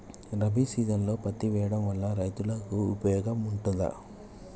రబీ సీజన్లో పత్తి వేయడం వల్ల రైతులకు ఉపయోగం ఉంటదా?